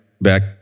back